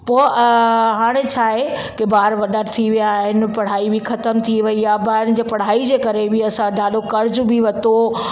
पोइ हाणे छा आहे की ॿार वॾा थी विया आहिनि पढ़ाई बि ख़तम थी वई आ्हे ॿारनि जी पढ़ाई जे करे बि असां ॾाढो कर्ज़ बि वरितो